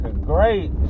great